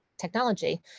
technology